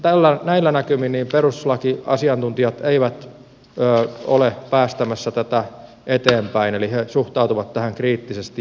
ainakaan näillä näkymin perustuslakiasiantuntijat eivät ole päästämässä tätä eteenpäin eli he suhtautuvat tähän kriittisesti